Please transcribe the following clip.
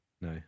No